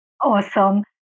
Awesome